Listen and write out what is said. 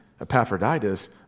Epaphroditus